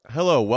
Hello